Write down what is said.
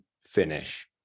finish